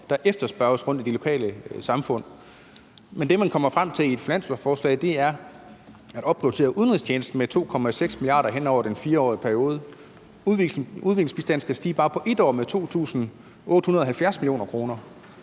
der efterspørges rundtomkring i de lokale samfund. Men det, man kommer frem til i et finanslovsforslag, er at opprioritere udenrigstjenesten med 2,6 mia. kr. hen over den 4-årige periode. Udviklingsbistanden skal stige bare på et år med 2.870 mio. kr.